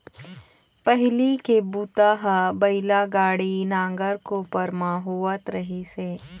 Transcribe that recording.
पहिली के बूता ह बइला गाड़ी, नांगर, कोपर म होवत रहिस हे